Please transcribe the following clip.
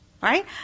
Right